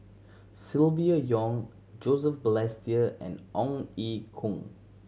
Silvia Yong Joseph Balestier and Ong Ye Kung